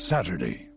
Saturday